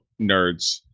nerds